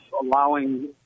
allowing